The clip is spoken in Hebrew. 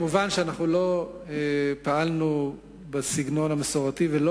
מובן שאנחנו לא פעלנו בסגנון המסורתי ולא